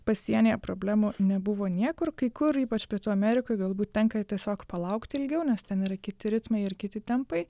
pasienyje problemų nebuvo niekur kai kur ypač pietų amerikoj galbūt tenka tiesiog palaukti ilgiau nes ten yra kiti ritmai ir kiti tempai